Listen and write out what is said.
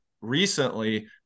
recently